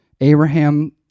Abraham